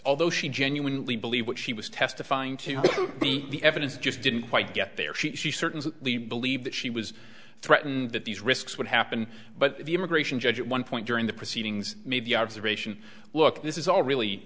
although she genuinely believe what she was testifying to the evidence just didn't quite get there she certainly believed that she was threatened that these risks would happen but the immigration judge at one point during the proceedings made the observation look this is all really